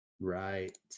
Right